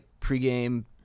pregame